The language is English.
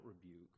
rebuke